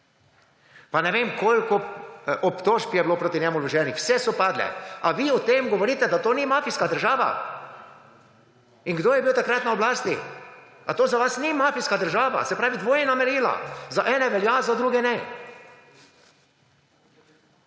Pa ne vem, koliko obtožb je bilo proti njemu vloženih, vse so padle. A vi o tem govorite, da to ni mafijska država? In kdo je bil takrat na oblasti? Ali to za vas ni mafijska država? Se pravi, dvojna merila, za ene velja, za druge ne.